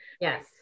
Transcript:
yes